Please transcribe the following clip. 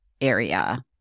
area